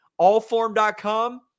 allform.com